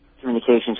communications